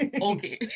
okay